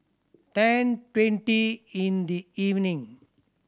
ten twenty in the evening